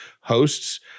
hosts